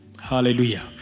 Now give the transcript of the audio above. Hallelujah